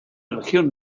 región